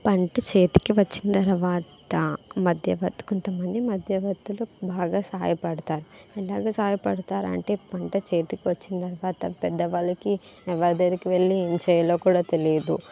పంట చేతికి వచ్చిన తర్వాత మధ్యవర్తులు కొంతమంది మధ్యవర్తులు బాగా సాయపడతారు ఎలాగా సహాయ పడతారంటే పంట చేతికి వచ్చిన తర్వాత పెద్దవాళ్ళకి ఎవరి దగ్గరికి వెళ్ళి ఏం చేయాలో కూడా తెలియదు